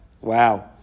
Wow